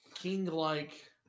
King-like